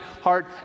heart